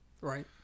right